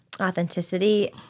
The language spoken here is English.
authenticity